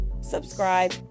subscribe